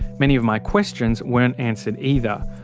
many of my questions weren't answered either.